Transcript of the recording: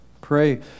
Pray